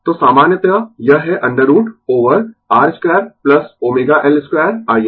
तो सामान्यतः यह है √ ओवर R 2ω L 2Im